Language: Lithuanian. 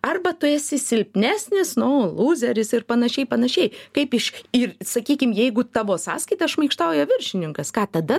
arba tu esi silpnesnis nu lūzeris ir panašiai panašiai kaip iš ir sakykim jeigu tavo sąskaita šmaikštauja viršininkas ką tada